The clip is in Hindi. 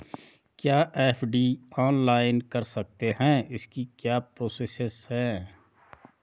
क्या एफ.डी ऑनलाइन कर सकते हैं इसकी क्या प्रोसेस है?